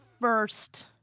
first